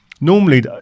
normally